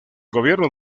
gobierno